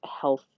health